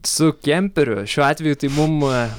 su kemperiu šiuo atveju tai mum